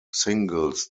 singles